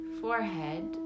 Forehead